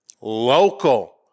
local